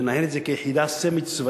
לנהל את זה כיחידה סמי-צבאית,